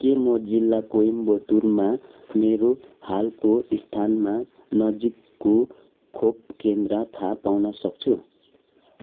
के म जिल्ला कोइम्बतुरमा मेरो हालको स्थानमा नजिकको खोप केन्द्र थाहा पाउन सक्छु